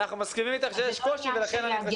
אנחנו מסכימים אתך שיש קושי ולכן אני מבקש